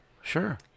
sure